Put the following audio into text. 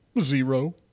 Zero